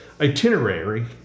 itinerary